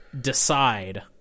Decide